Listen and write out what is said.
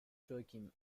joachim